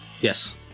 Yes